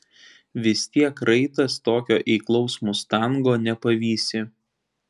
vis tiek raitas tokio eiklaus mustango nepavysi